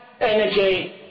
energy